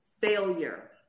failure